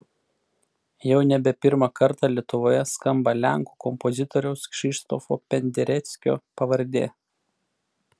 jau nebe pirmą kartą lietuvoje skamba lenkų kompozitoriaus krzyštofo pendereckio pavardė